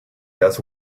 does